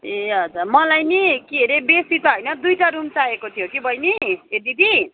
ए हजुर मलाई नि के अरे बेसी त होइन दुईवटा रुम चाहिएको थियो कि बैनी ए दिदी